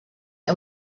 and